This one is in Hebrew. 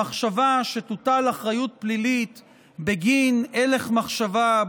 המחשבה שתוטל אחריות פלילית בגין הלך מחשבה,